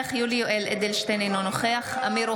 (קוראת בשמות חברי הכנסת) משה אבוטבול,